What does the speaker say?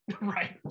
Right